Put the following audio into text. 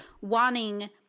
wanting